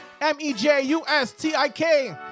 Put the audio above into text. M-E-J-U-S-T-I-K